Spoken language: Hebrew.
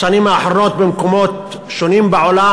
בשנים האחרונות במקומות שונים בעולם,